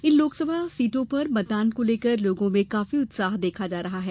इन लोकसभा सीटों पर मतदान को लेकर लोगों में काफी उत्साह देखा जा रहा है